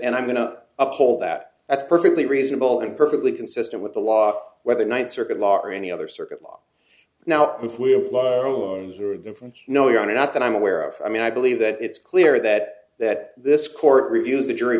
and i'm going to up hold that that's perfectly reasonable and perfectly consistent with the law whether ninth circuit lar any other circuit now if we were going from you know not that i'm aware of i mean i believe that it's clear that that this court reviews the jury